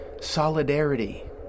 solidarity